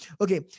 okay